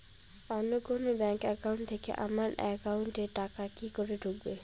অন্য কোনো bank account থেকে আমার একাউন্ট এ টাকা কি করে ঢুকবে?